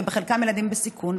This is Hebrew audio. ובחלקם ילדים בסיכון,